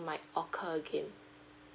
might occur again